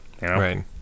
Right